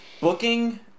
Booking